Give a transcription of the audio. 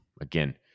again